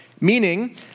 Meaning